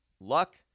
luck